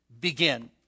begin